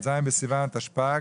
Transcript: ט"ז בסיון התשפ"ג,